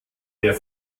der